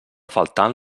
faltant